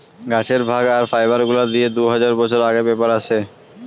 গাছের ভাগ আর ফাইবার গুলা দিয়ে দু হাজার বছর আগে পেপার আসে